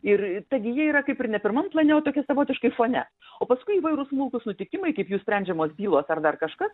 ir ta gija yra kaip ir ne pirmam plane o tokia savotiškai fone o paskui įvairūs smulkūs nutikimai kaip jų sprendžiamos bylos ar dar kažkas